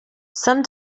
some